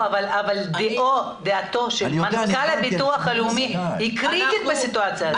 אבל דעתו של מנכ"ל הבטוח הלאומי קריטית בסיטואציה הזאת.